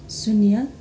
शून्य